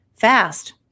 fast